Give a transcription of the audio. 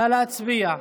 נא להצביע.